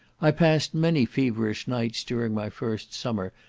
i passed many feverish nights during my first summer,